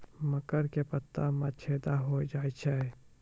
मकर के पत्ता मां छेदा हो जाए छै?